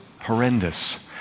horrendous